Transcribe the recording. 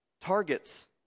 targets